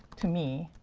to me,